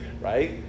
Right